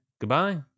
Goodbye